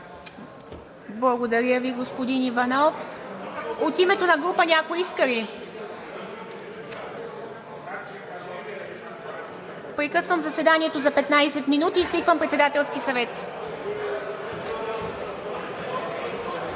Благодаря ви, господин Иванов. От името на група някой иска ли думата? Не. Прекъсвам заседанието за 15 минути и свиквам Председателски съвет.